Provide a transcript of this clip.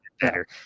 better